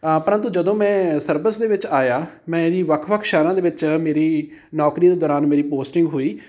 ਪਰੰਤੂ ਜਦੋਂ ਮੈਂ ਸਰਵਿਸ ਦੇ ਵਿੱਚ ਆਇਆ ਮੇਰੀ ਵੱਖ ਵੱਖ ਸ਼ਹਿਰਾਂ ਦੇ ਵਿੱਚ ਮੇਰੀ ਨੌਕਰੀ ਦੇ ਦੌਰਾਨ ਮੇਰੀ ਪੋਸਟਿੰਗ ਹੋਈ